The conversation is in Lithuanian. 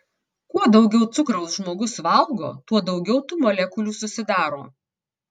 kuo daugiau cukraus žmogus valgo tuo daugiau tų molekulių susidaro